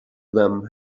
them